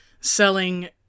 selling